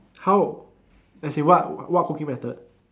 how as in what what cooking method